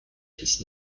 his